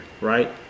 Right